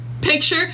picture